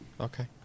Okay